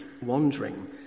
wandering